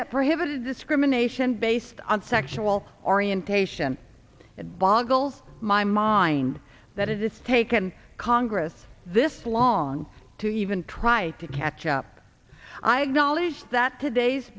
that prohibited discrimination based on sexual orientation it boggles my mind that it has taken congress this long to even try to catch up i had knowledge that today's